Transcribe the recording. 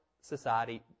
society